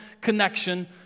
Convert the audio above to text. connection